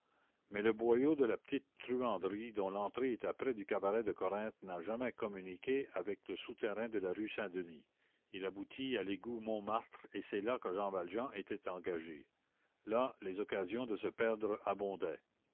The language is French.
mais le boyau de la petite truanderie dont l'entrée était près du cabaret de corinthe n'a jamais communiqué avec le souterrain de la rue saint-denis il aboutit à l'égout montmartre et c'est là que jean valjean était engagé là les occasions de se perdre abondaient